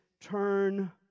turn